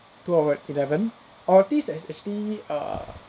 two thousand eleven our taste has actually err